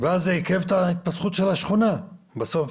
אני גם מצטרף לתחושה של חבריי, חברי הכנסת,